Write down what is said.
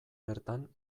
bertan